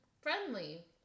Friendly